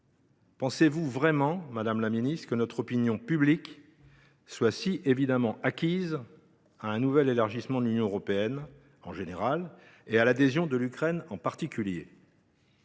pensez vous vraiment, madame la secrétaire d’État, que notre opinion publique soit si évidemment acquise à un nouvel élargissement de l’Union européenne en général, et à l’adhésion de l’Ukraine, en particulier ?